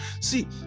See